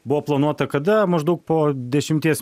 buvo planuota kada maždaug po dešimties